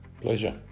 Pleasure